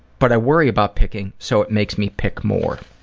but i worry about picking so it makes me pick more.